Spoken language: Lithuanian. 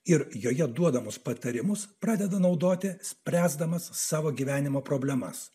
ir joje duodamus patarimus pradeda naudoti spręsdamas savo gyvenimo problemas